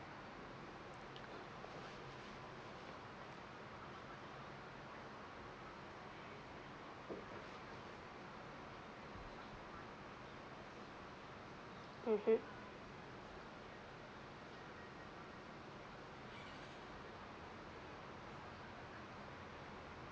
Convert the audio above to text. mmhmm